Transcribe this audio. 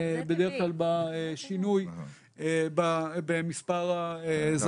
בדרך כלל שינוי במספר הזכאים.